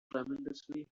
tremendously